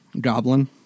Goblin